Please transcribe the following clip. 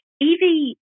Evie